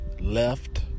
Left